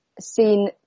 seen